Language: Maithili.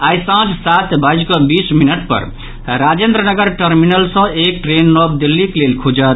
आई सांझ सात बाजिकऽ बीस मिनट पर राजेन्द्रनगर टरमिनल सॅ एक ट्रेन नव दिल्लीक लेल खुजल